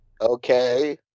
Okay